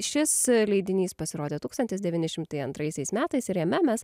šis leidinys pasirodė tūkstantis devyni šimtai antraisiais metais ir jame mes